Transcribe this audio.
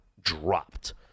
dropped